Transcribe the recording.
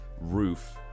roof